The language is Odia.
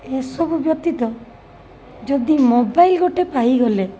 ଏସବୁ ବ୍ୟତୀତ ଯଦି ମୋବାଇଲ ଗୋଟେ ପାଇଗଲେ